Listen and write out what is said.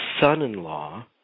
son-in-law